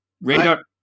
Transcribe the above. Radar